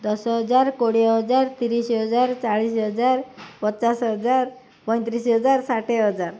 ଦଶ ହଜାର କୋଡ଼ିଏ ହଜାର ତିରିଶି ହଜାର ଚାଳିଶି ହଜାର ପଚାଶ ହଜାର ପଇଁତିରିଶି ହଜାର ଷାଠିଏ ହଜାର